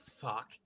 fuck